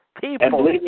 People